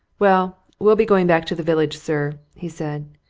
well, we'll be getting back to the village, sir, he said.